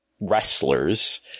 wrestlers